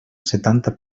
setanta